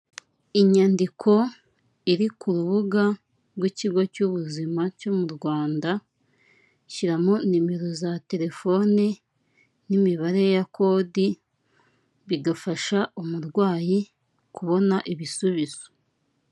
Inyandiko iri ku rubuga rw'ikigo cy'ubuzima cyo mu Rwanda, shyiramo nimero za telefone n'imibare ya kodi bigafasha umurwayi kubona ibisubizo.